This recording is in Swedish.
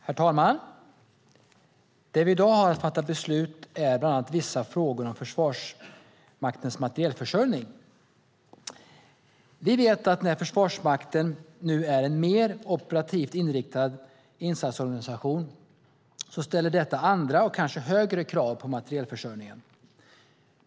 Herr talman! Det vi i dag har att fatta beslut om är bland annat vissa frågor om Försvarsmaktens materielförsörjning. Vi vet att när Försvarsmakten nu är en mer operativt inriktad insatsorganisation ställer det andra och kanske högre krav på materielförsörjningen.